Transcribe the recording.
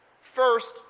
First